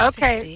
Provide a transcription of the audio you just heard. Okay